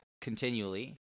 continually